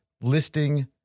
listing